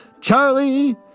Charlie